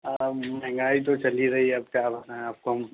مہنگائی تو چل ہی رہی ہے اب کیا بتائیں آپ کو ہم